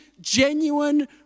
genuine